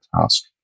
task